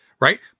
Right